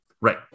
Right